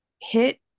hit